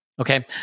Okay